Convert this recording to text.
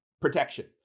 protection